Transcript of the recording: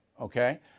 Okay